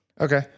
Okay